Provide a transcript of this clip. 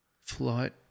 Flight